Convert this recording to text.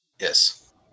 Yes